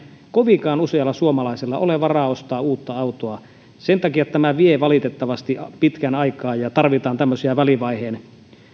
kovinkaan usealla suomalaisella ole varaa ostaa uutta autoa sen takia tämä vie valitettavasti pitkän aikaa ja tarvitaan tämmöisiä välivaiheen